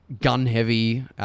gun-heavy